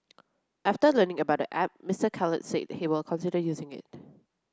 after learning about the app Mr Khalid said he will consider using it